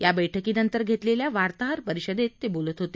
या बैठकीनंतर घेतलेल्या वार्ताहर परिषदेत ते बोलत होते